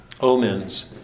omens